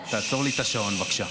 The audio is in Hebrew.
תעצור לי את השעון, בבקשה.